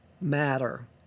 matter